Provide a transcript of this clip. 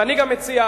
ואני גם מציע,